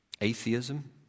atheism